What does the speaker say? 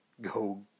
go